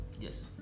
Yes